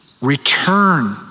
return